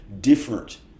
different